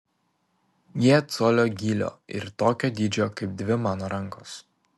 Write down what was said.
jie colio gylio ir tokio dydžio kaip dvi mano rankos